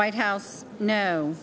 white house no